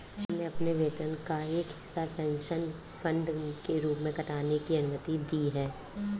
श्याम ने अपने वेतन का एक हिस्सा पेंशन फंड के रूप में काटने की अनुमति दी है